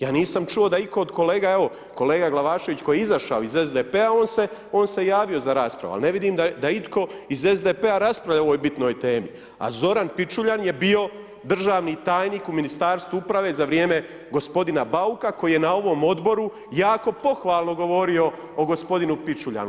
Ja nisam čuo da nitko od kolega, evo, kolega Glavašević koji je izašao iz SDP-a on se javio za raspravu, ali ne vidim da je itko iz SDP-a raspravlja o ovoj bitnoj temi, a Zoran Pičuljan je bio državni tajnik u Ministarstvu uprave za vrijeme g. Bauka, koji je na ovom odboru jako pohvalno govorio o g. Pičuljanu.